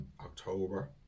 October